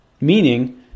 Meaning